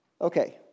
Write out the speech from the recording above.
Okay